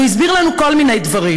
הוא הסביר לנו כל מיני דברים,